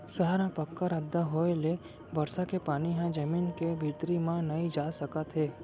सहर म पक्का रद्दा होए ले बरसा के पानी ह जमीन के भीतरी म नइ जा सकत हे